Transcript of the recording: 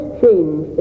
change